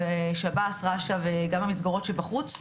שב"ס, רש"א וגם המסגרות שבחוץ.